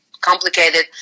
complicated